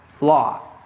law